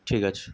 ঠিক আছে